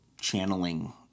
channeling